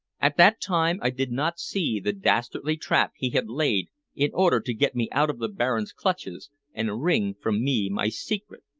at that time i did not see the dastardly trap he had laid in order to get me out of the baron's clutches and wring from me my secret.